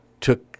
took